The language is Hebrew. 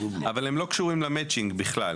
אבל לא קשורים למצ'ינג בכלל.